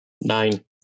Nine